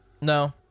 No